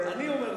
השר מיקי איתן,